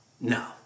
no